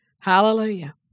Hallelujah